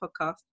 podcast